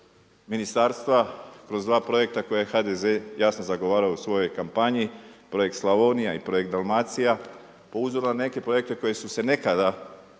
kroz dva projekta koje je HDZ jasno zagovarao u svojoj kampanji projekt Slavonija i projekt Dalmacija po uzoru na neke projekte koji su se nekada